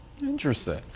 interesting